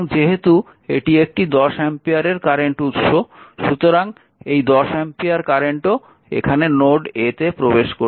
যেহেতু এটি একটি 10 অ্যাম্পিয়ারের কারেন্ট উৎস সুতরাং এই 10 অ্যাম্পিয়ার কারেন্টও এখানে নোড a তে প্রবেশ করছে